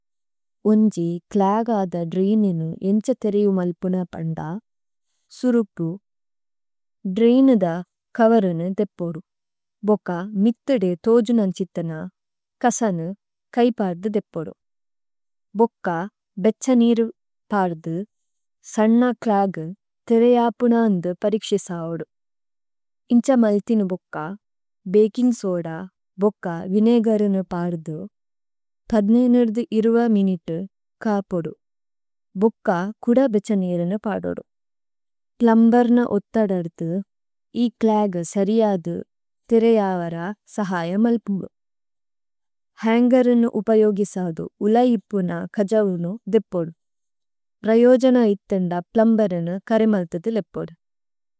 ഉന്ജി ക്ലാഗാദ ദ്രേഇനുനു ഏന്ഛ ഥേരിവു മല്പുന പന്ദ, സുരുപു, ദ്രേഇനുദ കവരനു ദേപ്പോദു। ഭോക മിത്ഥുദേ തോജുനന്ഛിഥന കസനു കൈപദു ദേപ്പോദു। ഭോക ബേച്ഛനിരു പാദുദു, സന്ന ക്ലാഗു ഥേരേയപുനാന്ദു പരിക്ശിസവുദു। ഏന്ഛ മല്ഥിനു ബോക്ക, ബേകിന് സോദ, ബോക്ക വിനേഗരുനു പാദുദു, പദ്നേഇനുദു ഇരുവ മിനുതു കാപോദു। ഭോക്ക കുദ ബേച്ഛനിരുനു പാദുദു। പ്ലുമ്ബേര്നു ഓത്ഥദുദു, ഇ ക്ലാഗു സരിയദു ഥേരേയവര സഹയ മല്പുനു। ഹന്ഗരുനു ഉപയോഗിസദു ഉലൈപുന കജവുനു ദേപ്പോദു। പ്രയോജന ഇത്ഥന്ദ പ്ലുമ്ബേരുനു കരേമല്തിഥു ലേപ്പോദു।